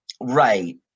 right